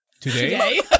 Today